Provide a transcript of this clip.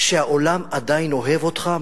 שהעולם עדיין אוהב אותך,